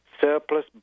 surplus